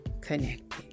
connected